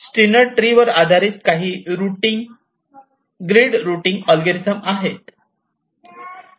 Steiner ट्रीवर आधारित काही ग्रीड रूटिंग अल्गोरिदम आहेत